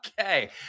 okay